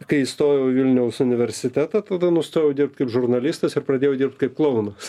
kai įstojau į vilniaus universitetą tada nustojau dirbt kaip žurnalistas ir pradėjau dirbti kaip klounas